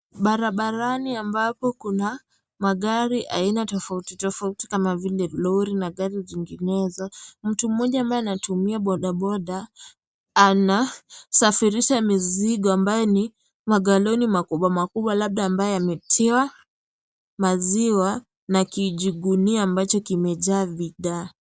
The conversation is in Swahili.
Barabarani ambapo kuna magari tofauti tofauti kama vile lori na gari zinginezo, mtu mmoja ambaye anatumia bodaboda anasafirisha mizigo ambaayo ni magaloni makubwa makubwa ambayo ni labda ambayo yametiwa maziwa na kigunia ambacho kimejaa bidhaa.